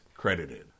Credited